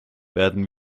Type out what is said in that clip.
werden